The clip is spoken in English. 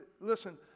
listen